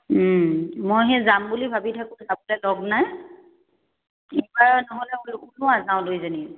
মই সেই যাম বুলি ভাবি থাকোঁতে থাকোঁতে লগ নাই কিবা নহ'লে ওলোৱা যাওঁ দুইজনী